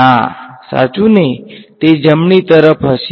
ના સાચુને તે જમણી તરફ હશે